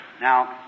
Now